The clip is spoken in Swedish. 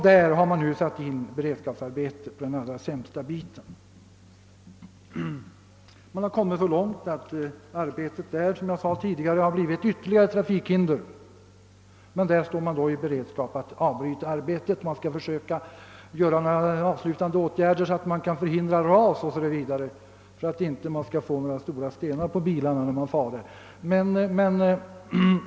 Där har man nu satt in beredskapsarbeten på den allra sämsta biten. Man har kommit så långt att arbetet där som jag tidigare sade blivit till ett ytterligare trafikhinder. Där står man nu i begrepp att avbryta arbetet. Det är meningen att försöka vidtaga några avslutande åtgärder för att förhindra ras 0.s.v., så att bilarna inte skall få några stenar över sig.